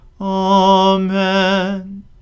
Amen